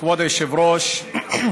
כבוד היושב-ראש.